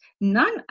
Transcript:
none